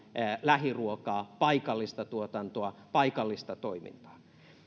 lähiruokaa paikallista tuotantoa paikallista toimintaa